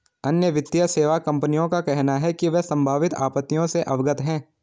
अन्य वित्तीय सेवा कंपनियों का कहना है कि वे संभावित आपत्तियों से अवगत हैं